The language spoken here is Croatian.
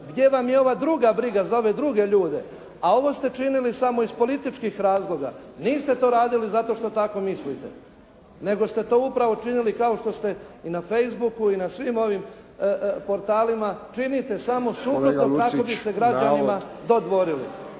gdje vam je ova druga briga za ove druge ljude, a ovo ste činili samo iz političkih razloga, niste to radili zato što tako mislite nego ste to upravo činili kao što ste i na Facebooku i na svim ovim portalima, činite samo …/Govornik se ne razumije./… kako bi se građanima dodvorili.